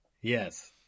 Yes